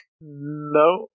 No